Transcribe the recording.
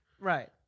Right